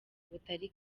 butari